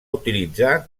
utilitzar